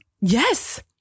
yes